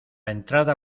entrada